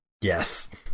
Yes